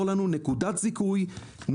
להן מאוד אם תהיה נקודת זיכוי נוספת.